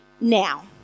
now